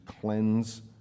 cleanse